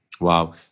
Wow